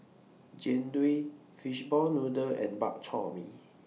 Jian Dui Fishball Noodle and Bak Chor Mee